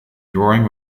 drawing